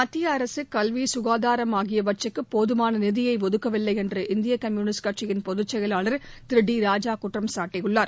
மத்திய அரசு கல்வி சுகாதாரம் ஆகியவற்றுக்கு போதுமான நிதியை ஒதுக்கவில்லை என்று இந்திய கம்யூனிஸ்ட் கட்சியின் பொதுச்செயலாளர் திரு டி ராஜா குற்றம் சாட்டியுள்ளார்